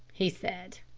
he said.